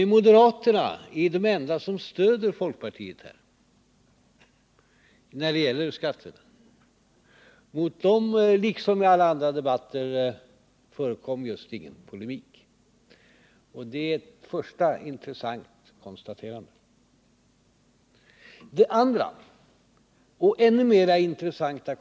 Moderaterna är de enda som stöder folkpartiet när det gäller skatterna. Liksom i alla andra debatter förekom det just ingen polemik mot dem. Det är det första intressanta konstaterandet. Det andra konstaterandet är ännu mer intressant.